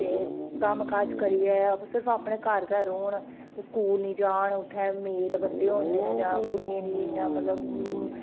ते कम्म काज करियै सिर्फ अपने घर गै रौह्न ते स्कूल निं जान उत्थें मेल बंदे होंदे न जां कुड़ियें दी इन्ना मतलब